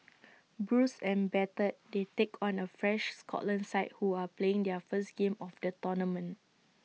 bruised and battered they take on A fresh Scotland side who are playing their first game of the tournament